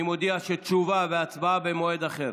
אני מודיע שתשובה והצבעה במועד אחר.